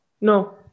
No